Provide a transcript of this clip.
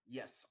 yes